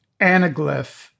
anaglyph